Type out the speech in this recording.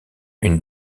une